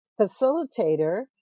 facilitator